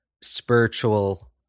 spiritual